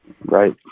Right